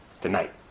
tonight